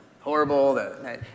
horrible